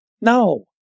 no